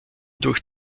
durch